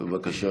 בבקשה,